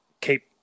keep